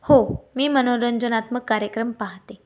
हो मी मनोरंजनात्मक कार्यक्रम पाहते